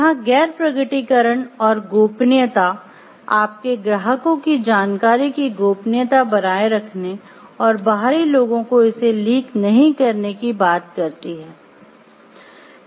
यहां गैर प्रकटीकरण और गोपनीयता आपके ग्राहकों की जानकारी की गोपनीयता बनाए रखने और बाहरी लोगों को इसे लीक नहीं करने की बात करती है